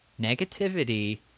negativity